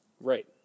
Right